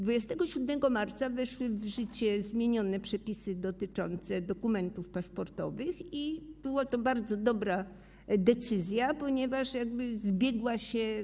27 marca weszły w życie zmienione przepisy dotyczące dokumentów paszportowych i była to bardzo dobra decyzja, ponieważ zbiegła się.